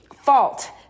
fault